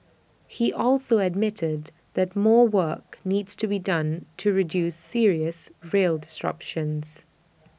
he also admitted that more work needs to be done to reduce serious rail disruptions